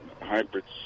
hybrids